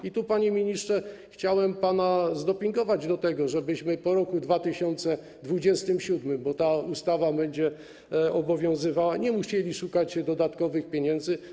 I tu, panie ministrze, chciałem pana zdopingować do tego, żebyśmy po roku 2027, bo ta ustawa będzie obowiązywała, nie musieli szukać dodatkowych pieniędzy.